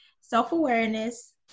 Self-awareness